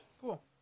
Cool